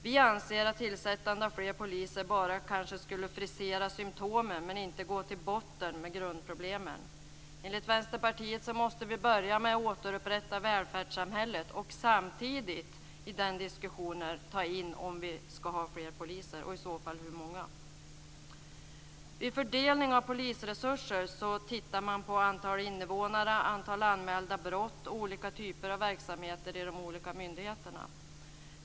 Vi anser att tillsättande av fler poliser kanske skulle frisera symtomen men inte gå till botten med grundproblemen. Enligt Vänsterpartiet måste vi börja med att återupprätta välfärdssamhället. Samtidigt kan vi i den diskussionen ta in om vi ska ha fler poliser och i så fall hur många. Vid fördelning av polisresurser tittar man på antal invånare, antal anmälda brott och olika typer av verksamheter i de olika myndigheterna.